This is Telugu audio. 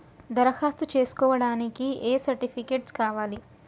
దరఖాస్తు చేస్కోవడానికి ఏ సర్టిఫికేట్స్ కావాలి?